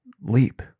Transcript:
leap